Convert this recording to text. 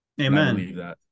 Amen